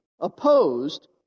opposed